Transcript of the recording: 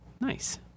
nice